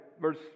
verse